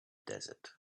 desert